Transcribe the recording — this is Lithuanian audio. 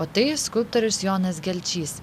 o tai skulptorius jonas gelčys